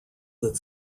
that